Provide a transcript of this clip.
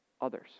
others